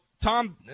Tom